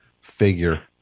figure